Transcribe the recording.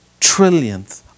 trillionth